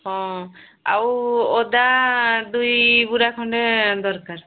ହଁ ଆଉ ଅଦା ଦୁଇ ଗୁରା ଖଣ୍ଡେ ଦରକାର